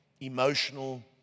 emotional